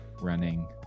running